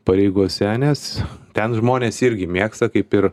pareigose nes ten žmonės irgi mėgsta kaip ir